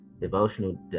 devotional